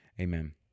Amen